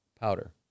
powder